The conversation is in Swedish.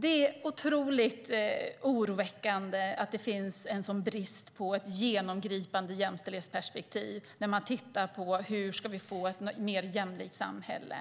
Det är otroligt oroväckande att det finns en sådan brist på ett genomgripande jämställdhetsperspektiv när det gäller hur vi ska få ett mer jämlikt samhälle.